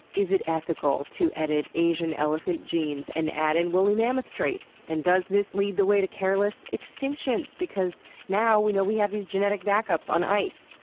is it ethical to edit asian elephant genes and add in woolly mammoth traits? and does this lead the way to careless extinctions because now you know have these genetic backups on ice?